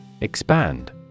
Expand